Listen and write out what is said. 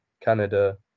Canada